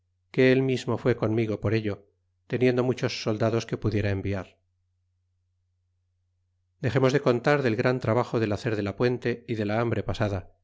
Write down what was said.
que él mismo fué conmigo por ello teniendo muchos soldados que pudiera enviar dexemos de contar del gran trabajo del hacer de la puente y de la hambre pasada